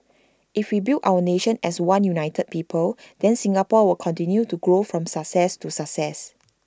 if we build our nation as one united people then Singapore will continue to go from success to success